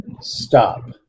stop